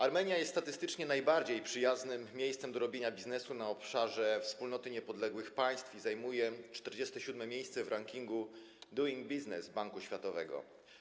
Armenia jest statystycznie najbardziej przyjaznym miejscem do robienia biznesu na obszarze Wspólnoty Niepodległych Państw i zajmuje 47. miejsce w rankingu „Doing Business” Banku Światowego.